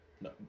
No